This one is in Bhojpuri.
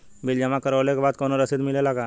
बिल जमा करवले के बाद कौनो रसिद मिले ला का?